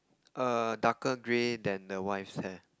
err darker grey than the wife's hair